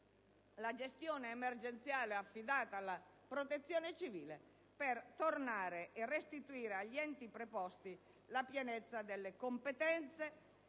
la gestione emergenziale affidata alla Protezione civile e di restituire agli enti preposti la pienezza delle competenze,